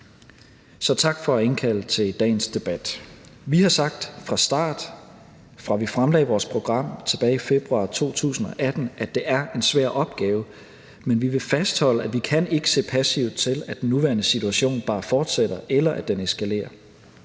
Så tak for at indkalde til dagens debat. Vi har sagt fra starten, fra vi fremlagde vores program tilbage i februar 2018, at det er en svær opgave. Men vi vil fastholde, at vi ikke kan se passivt til, at den nuværende situation bare fortsætter, eller at den eskalerer.